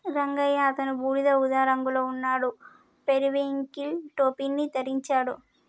రంగయ్య అతను బూడిద ఊదా రంగులో ఉన్నాడు, పెరివింకిల్ టోపీని ధరించాడు